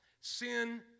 sin